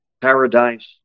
Paradise